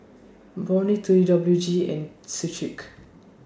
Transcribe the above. Burnie T W G and Schick